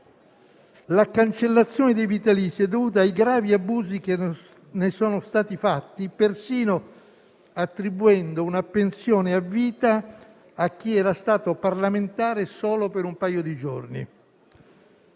la cancellazione dei vitalizi è dovuta ai gravi abusi che ne sono stati fatti, persino attribuendo una pensione a vita a chi era stato parlamentare solo per un paio di giorni.